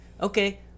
okay